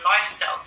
lifestyle